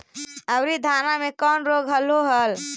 अबरि धाना मे कौन रोग हलो हल?